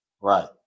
Right